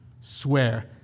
swear